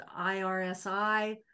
IRSI